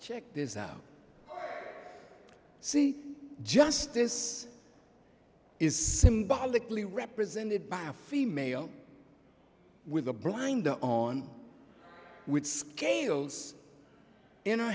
check this out see justice is symbolically represented by a female with a blind on with scales in our